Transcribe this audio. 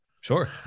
Sure